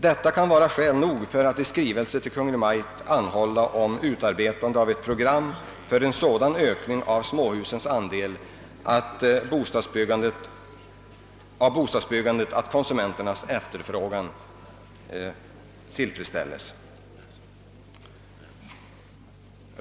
Detta kan vara skäl nog för att i skrivelse till Kungl. Maj:t anhålla om utarbetande av ett program för en sådan ökning av småhusens andel av bostadsbyggandet, att konsumenternas efterfrågan = tillfredsställes.